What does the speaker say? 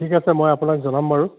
ঠিক আছে মই আপোনাক জনাম বাৰু